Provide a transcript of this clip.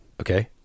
okay